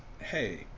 hey